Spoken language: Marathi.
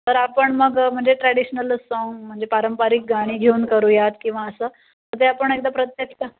तर आपण मग म्हणजे ट्रॅडिशनलच साँग म्हणजे पारंपरिक गाणी घेऊन करूयात किंवा असं तर ते आपण एकदा प्रत्यक्ष